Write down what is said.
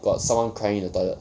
got someone crying in the toilet